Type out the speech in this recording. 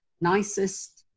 nicest